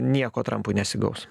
nieko trampui nesigaus